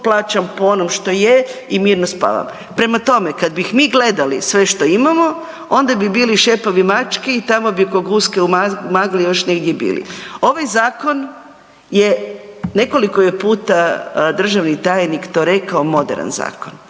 plaćam po onom što je i mirno spavam. Prema tome, kad bi mi gledali sve što imamo onda bi bili šepavi mački i tamo bi ko guske u magli još negdje bili. Ovaj zakon je, nekoliko je puta državni tajnik to rekao, moderan zakon.